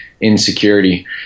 insecurity